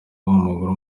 w’amaguru